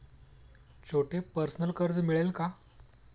छोटे पर्सनल कर्ज मिळेल का?